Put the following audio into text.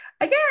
Again